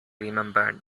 remembered